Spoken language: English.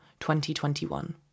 2021